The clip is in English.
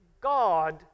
God